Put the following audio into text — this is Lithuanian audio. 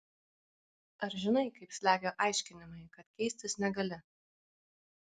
ar žinai kaip slegia aiškinimai kad keistis negali